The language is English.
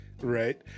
Right